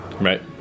right